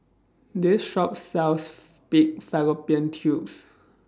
This Shop sells Pig Fallopian Tubes